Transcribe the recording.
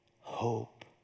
Hope